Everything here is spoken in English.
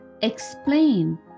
explain